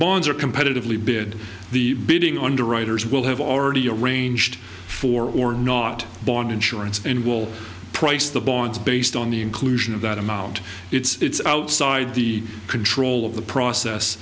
bonds are competitively bid the bidding underwriters will have already arranged for or not bond insurance and will price the boards based on the inclusion of that amount it's outside the control of the process